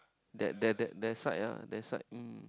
that that that that side ah that side mm